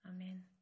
Amen